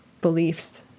beliefs